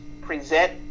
present